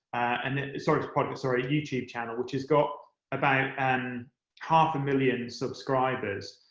and sort of so ah youtube channel which has got about and half a million subscribers.